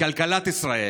בכלכלת ישראל,